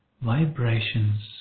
vibrations